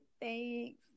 Thanks